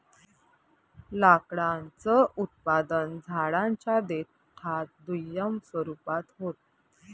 लाकडाचं उत्पादन झाडांच्या देठात दुय्यम स्वरूपात होत